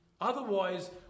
Otherwise